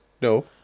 No